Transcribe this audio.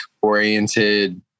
oriented